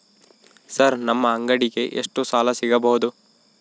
Sir ನಮ್ಮ ಅಂಗಡಿಗೆ ಎಷ್ಟು ಸಾಲ ಸಿಗಬಹುದು?